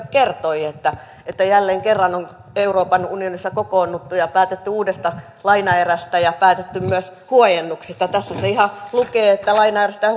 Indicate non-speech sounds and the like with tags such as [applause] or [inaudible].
[unintelligible] kertoi että että jälleen kerran on euroopan unionissa kokoonnuttu ja päätetty uudesta lainaerästä ja päätetty myös huojennuksista tässä se ihan lukee että lainaerästä [unintelligible]